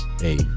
Hey